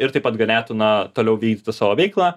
ir taip pat galėtų na toliau vykdyti savo veiklą